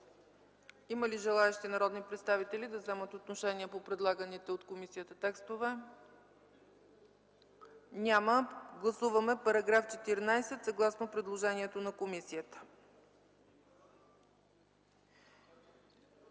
Има ли желаещи народни представители да вземат отношение по предлаганите от комисията текстове? Няма. Гласуваме § 14, съгласно предложението на комисията.